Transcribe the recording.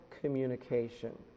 communication